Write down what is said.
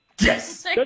Yes